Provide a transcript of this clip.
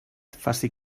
faci